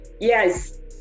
Yes